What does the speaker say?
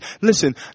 listen